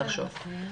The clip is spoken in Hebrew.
נחשוב גם אנחנו.